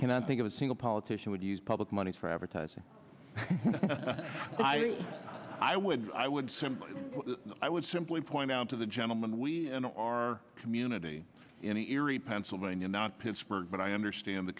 cannot think of a single politician would use public money for advertising but i think i would i would simply i would simply point out to the gentleman we in our community in erie pennsylvania not pittsburgh but i understand the